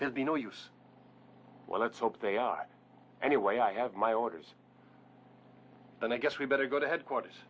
there'd be no use well let's hope they are anyway i have my orders and i guess we better go to headquarters